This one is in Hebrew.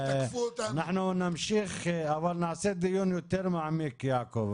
אנחנו נמשיך ונעשה דיון יותר מעמיק יעקב,